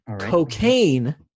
cocaine